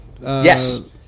Yes